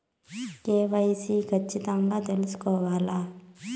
KYC ఖచ్చితంగా సేసుకోవాలా